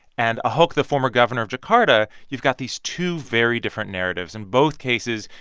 and ahok, the former governor of jakarta, you've got these two very different narratives. in both cases,